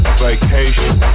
vacation